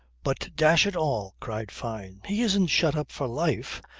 but dash it all, cried fyne, he isn't shut up for life.